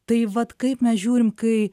tai vat kaip mes žiūrim kai